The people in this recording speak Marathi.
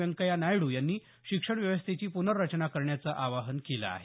व्यंकय्या नायडू यांनी शिक्षण व्यवस्थेची पुनर्रचना करण्याचं आवाहन केलं आहे